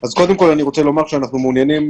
אז קודם כל אני רוצה לומר שאנחנו מעוניינים,